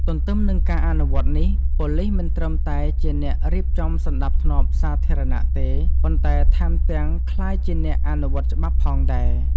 ទន្ទឹមនឹងការអនុវត្តន៍នេះ ប៉ូលីសមិនត្រឹមតែជាអ្នករៀបចំសណ្តាប់ធ្នាប់សាធារណៈទេ ប៉ុន្តែថែមទាំងក្លាយជាអ្នកអនុវត្តច្បាប់ផងដែរ។